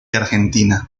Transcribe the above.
argentina